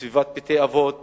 בסביבות בתי-אבות